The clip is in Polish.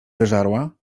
wyżarła